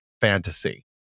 fantasy